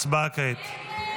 הצבעה כעת.